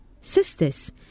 Sisters